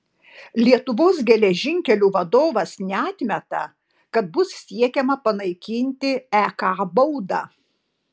lietuvos geležinkelių vadovas neatmeta kad bus siekiama panaikinti ek baudą